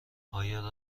آیا